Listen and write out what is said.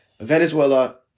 venezuela